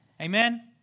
amen